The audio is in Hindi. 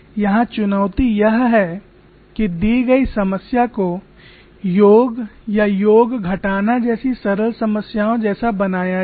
यहां चुनौती यह है कि दी गई समस्या को योग या योग घटाना जैसी सरल समस्याओं जैसा बनाया जाए